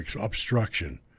obstruction